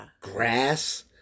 grass